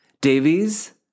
Davies